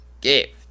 GIFT